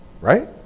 Right